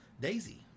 Daisy